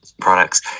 products